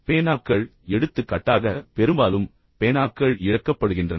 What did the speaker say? பேனாக்கள் எடுத்துக்காட்டாக பெரும்பாலும் பேனாக்கள் இழக்கப்படுகின்றன